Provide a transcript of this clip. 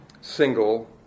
single